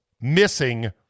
missing